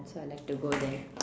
so I like to go there